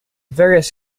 various